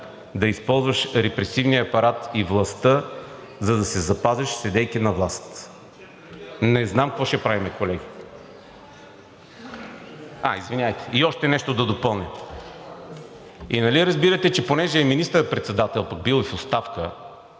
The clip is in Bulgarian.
да използваш репресивния апарат и властта, за да се запазиш, седейки на власт. Не знам какво ще правим, колеги! Още нещо да допълня. И нали разбирате, че понеже е министър-председател, пък бил и в оставка,